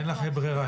אין לכם ברירה.